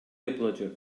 yapılacak